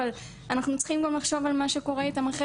אבל אנחנו צריכים גם לחשוב על מה שקורה איתם אחרי